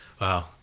wow